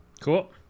Cool